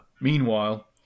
Meanwhile